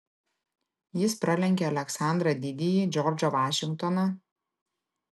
jis pralenkė aleksandrą didįjį džordžą vašingtoną